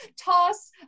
toss